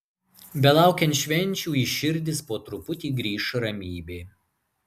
belaukiant švenčių į širdis po truputį grįš ramybė